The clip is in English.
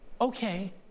Okay